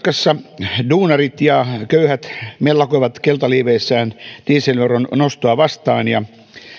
puhemies ranskassa duunarit ja köyhät mellakoivat keltaliiveissään dieselveron nostoa vastaan ja